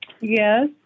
Yes